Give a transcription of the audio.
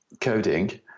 coding